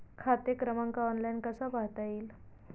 खाते क्रमांक ऑनलाइन कसा पाहता येईल?